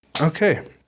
okay